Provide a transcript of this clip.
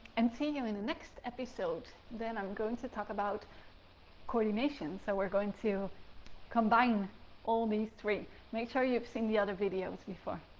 and see you in the next episode then i'm going to talk about coordination, so we're going to combine all these three. make sure you've seen the other videos before.